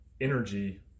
energy